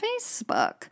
Facebook